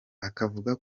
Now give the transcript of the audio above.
akavuga